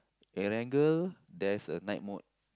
Erangel there's a night mode